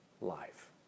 life